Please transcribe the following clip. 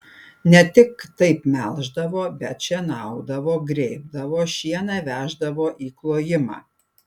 ne tik taip melždavo bet šienaudavo grėbdavo šieną veždavo į klojimą